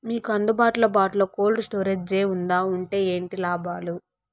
మీకు అందుబాటులో బాటులో కోల్డ్ స్టోరేజ్ జే వుందా వుంటే ఏంటి లాభాలు?